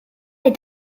est